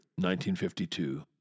1952